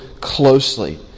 closely